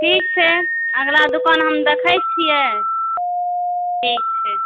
ठीक छै अगला दोकान हम देखै छी ठीक छै ठीक छै